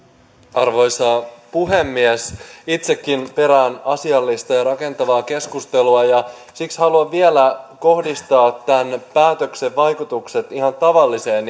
arvoisa puhemies itsekin perään asiallista ja rakentavaa keskustelua ja siksi haluan vielä kohdistaa huomion tämän päätöksen vaikutuksiin ihan tavalliseen